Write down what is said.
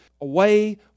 away